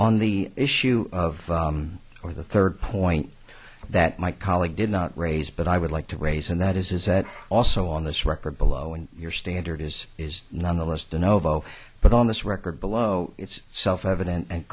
on the issue of or the third point that my colleague did not raise but i would like to raise and that is is that also on this record below and your standard is is nonetheless the novo but on this record below it's self evident and